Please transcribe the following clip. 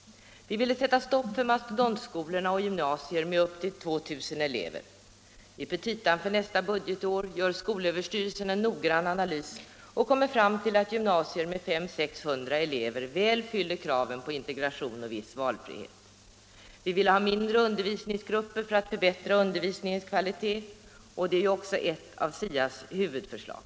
Vi ville sätta stopp för mastodontskolor och gymnasier med upp till 2000 elever. I petita för nästa budgetår gör skolöverstyrelsen en noggrann analys och kommer fram till att gymnasier med 500-600 elever väl fyller kraven på integration och viss valfrihet. Vi ville ha mindre undervisningsgrupper för att förbättra undervisningens kvalitet, och det är ett av SIA:s huvudförslag.